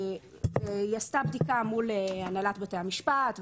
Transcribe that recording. היא עשתה בדיקה מול הנהלת בתי המשפט,